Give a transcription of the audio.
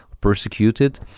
persecuted